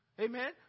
amen